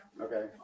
okay